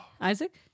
Isaac